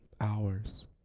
hours